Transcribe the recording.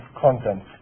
content